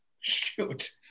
Shoot